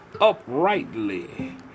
uprightly